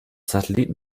satelliten